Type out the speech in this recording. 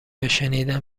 هاشنیدم